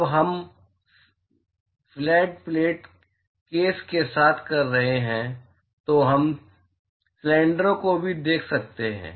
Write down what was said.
अब हम flat plate case के साथ कर रहे हैं तो हम सिलेंडरों को भी देख सकते हैं